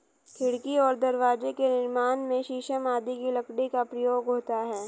खिड़की और दरवाजे के निर्माण में शीशम आदि की लकड़ी का प्रयोग होता है